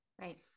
Right